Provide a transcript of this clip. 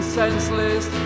senseless